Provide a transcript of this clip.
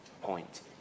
point